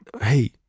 hey